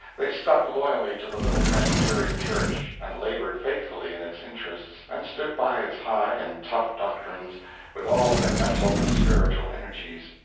they stuck loyally to the little presbyterian church, and labored faithfully in its interests and stood by its high and tough doctrines with all their mental and spiritual energies.